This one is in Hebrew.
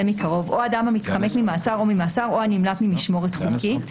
מקרוב או אדם המתחמק ממעצר או ממאסר או הנמלט ממשמורת חוקית.